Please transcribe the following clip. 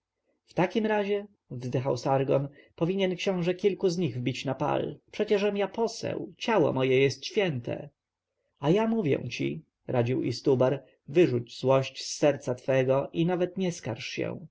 w takim razie wzdychał sargon powinien książę kilku z nich wbić na pal przecieżem ja poseł ciało moje jest święte a ja mówię ci radził istubar wyrzuć złość z serca twego i nawet nie skarż się